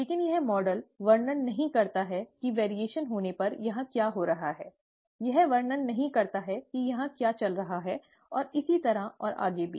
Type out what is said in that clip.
लेकिन यह मॉडल वर्णन नहीं करता है कि भिन्नता होने पर यहां क्या हो रहा है यह वर्णन नहीं करता है कि यहां क्या चल रहा है और इसी तरह और आगे भी